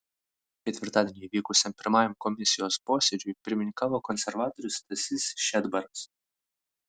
ketvirtadienį įvykusiam pirmajam komisijos posėdžiui pirmininkavo konservatorius stasys šedbaras